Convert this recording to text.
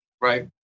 right